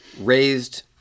raised